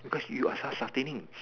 because you are self sustaining